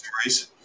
stories